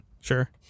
Sure